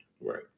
Right